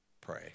Pray